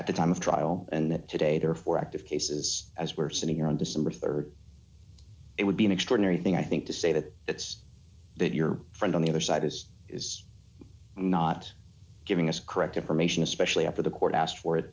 at the time of trial and today there are four active cases as we're sitting here on december rd it would be an extraordinary thing i think to say that it's that your friend on the other side this is not giving us correct information especially after the court asked for it